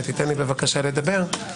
תן לי בבקשה לדבר.